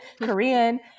Korean